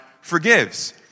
forgives